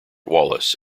wallace